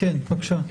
כפי שציין היושב ראש,